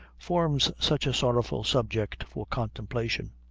forms such a sorrowful subject for contemplation.